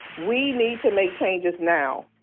we need to make changes now.